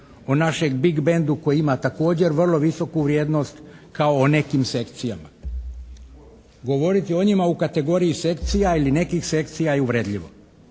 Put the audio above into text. o našem "Big bandu" koji ima također vrlo visoku vrijednost kao o nekim sekcijama. Govoriti o njima u kategoriji sekcija ili nekih sekcija je uvredljivo.